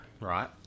Right